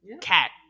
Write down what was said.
Cat